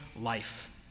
life